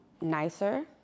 nicer